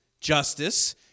justice